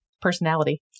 personality